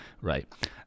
Right